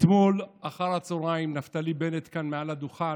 אתמול אחר הצוהריים נפתלי בנט, כאן, מעל הדוכן,